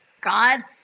God